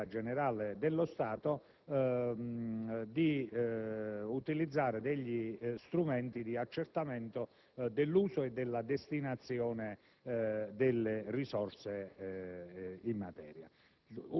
generale dello Stato di utilizzare degli strumenti di accertamento dell'uso e della destinazione delle risorse in materia.